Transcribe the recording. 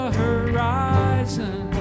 horizon